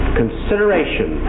consideration